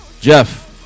Jeff